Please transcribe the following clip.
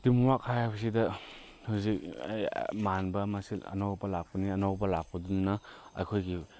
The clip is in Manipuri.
ꯇꯤꯛꯋꯥꯔꯛ ꯍꯥꯏꯕꯁꯤꯗ ꯍꯧꯖꯤꯛ ꯃꯥꯟꯕ ꯑꯃꯁꯨ ꯑꯅꯧꯕ ꯂꯥꯛꯄꯅꯤꯅ ꯑꯅꯧꯕ ꯂꯥꯛꯄꯗꯨꯅ ꯑꯩꯈꯣꯏꯒꯤ